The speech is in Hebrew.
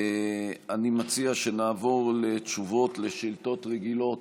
אני מציע שנעבור לתשובות על שאילתות רגילות.